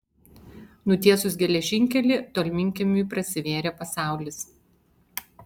nutiesus geležinkelį tolminkiemiui prasivėrė pasaulis